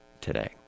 today